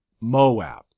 Moab